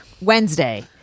Wednesday